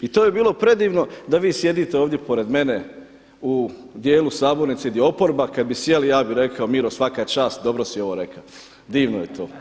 I to bi bilo predivno da vi sjedite ovdje pored mene u dijelu Sabornice gdje je oporba, kad bi sjeli ja bi rekao Miro svaka čast dobro si ovo rekao, divno je to.